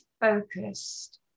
focused